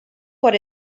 what